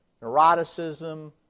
neuroticism